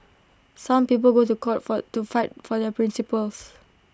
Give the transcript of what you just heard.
some people go to court for to fight for their principles